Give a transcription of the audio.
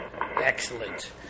Excellent